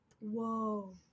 Whoa